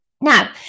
Now